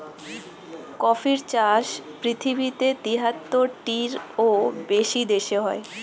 কফির চাষ পৃথিবীতে তিয়াত্তরটিরও বেশি দেশে হয়